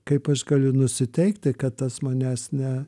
kaip aš galiu nusiteikti kad tas manęs ne